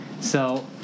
So-